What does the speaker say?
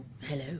hello